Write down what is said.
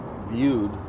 viewed